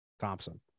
Thompson